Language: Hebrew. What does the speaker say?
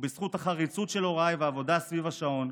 בזכות החריצות של הוריי והעבודה סביב השעון,